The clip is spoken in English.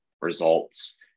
results